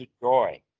joy